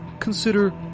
Consider